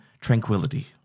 tranquility